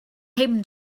him